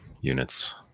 units